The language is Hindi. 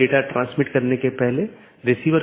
दूसरा BGP कनेक्शन बनाए रख रहा है